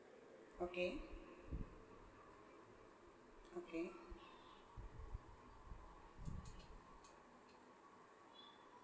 okay okay